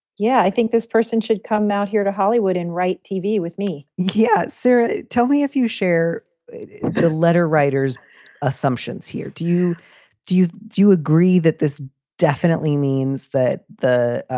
yeah, i think this person should come out here to hollywood and write tv with me yeah. sarah, tell me if you share the letter writers assumptions here, do you do you. do you agree that this definitely means that the